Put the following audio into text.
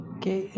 Okay